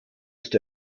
ist